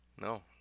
No